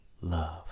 love